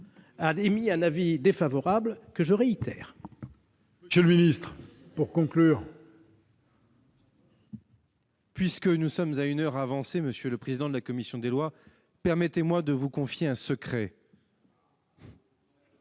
émis un avis défavorable, que je réitère. La parole est à M. le ministre. Puisque nous sommes à une heure avancée, monsieur le président de la commission des lois, permettez-moi de vous confier un secret.